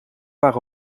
waren